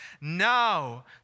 Now